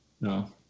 no